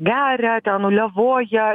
geria ten uliavoja